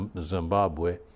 Zimbabwe